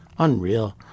Unreal